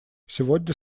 сегодня